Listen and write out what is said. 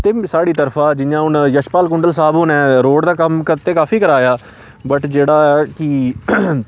ते साढ़ी तरफा जियां हून यशपाल कुुंडल साह्ब होरें रोड़ दा कम्म काफी कराया बट जेह्ड़ा ऐ कि